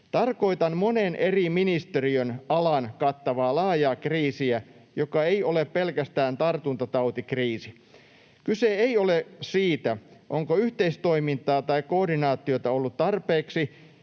Tarkoitan monen eri ministeriön alan kattavaa laajaa kriisiä, joka ei ole pelkästään tartuntatautikriisi. Kyse ei ole siitä, onko yhteistoimintaa tai koordinaatiota ollut tarpeeksi